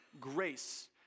grace